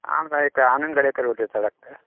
हांव हय ते आनंद गडेकर उलयता डॉक्टर